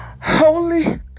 holy